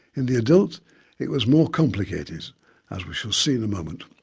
in the adult it was more complicated as we shall see in a moment.